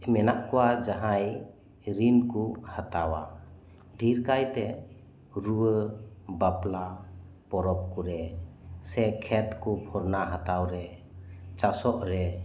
ᱢᱮᱱᱟᱜ ᱠᱚᱣᱟ ᱡᱟᱦᱟᱸᱭ ᱨᱤᱱ ᱠᱚ ᱦᱟᱛᱟᱣᱟ ᱰᱷᱤᱨ ᱠᱟᱭᱛᱮ ᱨᱩᱣᱟᱹ ᱵᱟᱯᱞᱟ ᱯᱚᱨᱚᱵᱽ ᱠᱚᱨᱮ ᱥᱮ ᱠᱷᱮᱛ ᱠᱚ ᱯᱷᱚᱨᱱᱟ ᱦᱟᱛᱟᱣ ᱨᱮ ᱪᱟᱥᱚᱜ ᱨᱮ